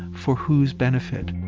for whose benefit?